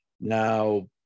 Now